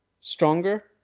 stronger